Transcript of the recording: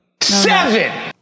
Seven